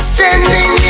Standing